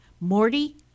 Morty